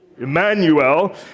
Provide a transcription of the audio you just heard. Emmanuel